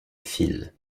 file